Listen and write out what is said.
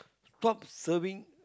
stop serving